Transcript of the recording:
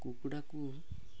କୁକୁଡ଼ାକୁ